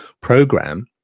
program